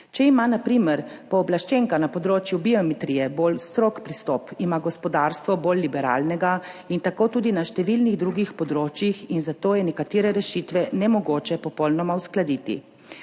Če ima na primer pooblaščenka na področju biometrije bolj strog pristop, ima gospodarstvo bolj liberalnega in tako je tudi na številnih drugih področjih, zato je nekatere rešitve nemogoče popolnoma uskladiti.